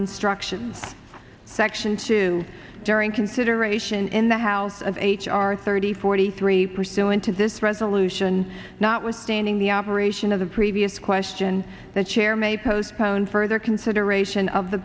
instruction section two during consideration in the house of h r thirty forty three pursuant to this resolution notwithstanding the operation of the previous question the chair may postpone further consideration of the